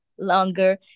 longer